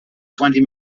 twenty